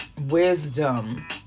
wisdom